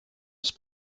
ist